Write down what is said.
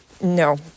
no